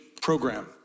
program